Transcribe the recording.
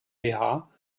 gmbh